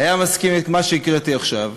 היה מסכים עם מה שהקראתי עכשיו,